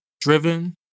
driven